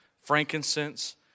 frankincense